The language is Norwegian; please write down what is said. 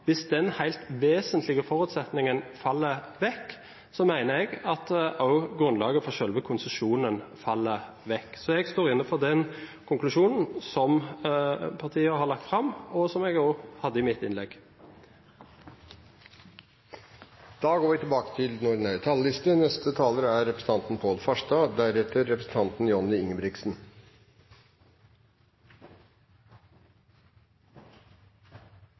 Hvis den helt vesentlige forutsetningen faller vekk, mener jeg at også grunnlaget for selve konsesjonen faller vekk. Så jeg står inne for den konklusjonen som partiet har lagt fram, og som jeg også hadde i mitt innlegg. Replikkordskiftet er omme. Jeg vil starte med å takke saksordføreren for en god redegjørelse. Til saken: For Venstre er